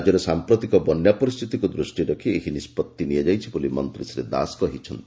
ରାଜ୍ୟରେ ସାମ୍ପ୍ରତିକ ବନ୍ୟା ପରିସ୍ଚିତିକୁ ଦୃଷିରେ ରଖି ଏହି ନିଷ୍ବଭି ନିଆଯାଇଛି ବୋଲି ମନ୍ତୀ ଶ୍ରୀ ଦାସ କହିଛନ୍ତି